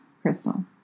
Crystal